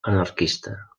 anarquista